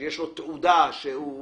שיש לו תעודה והוא